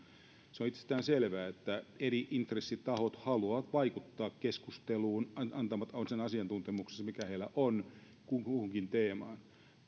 se on itsestäänselvää että eri intressitahot haluavat vaikuttaa keskusteluun antamalla sen asiantuntemuksensa mikä heillä on kuhunkin teemaan